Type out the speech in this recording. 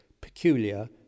peculiar